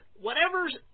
whatever's